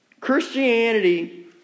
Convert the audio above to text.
Christianity